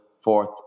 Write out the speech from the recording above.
fourth